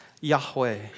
Yahweh